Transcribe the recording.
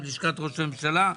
מלשכת ראש הממשלה,